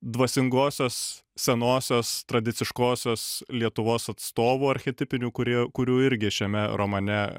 dvasingosios senosios tradiciškosios lietuvos atstovų archetipinių kurie kurių irgi šiame romane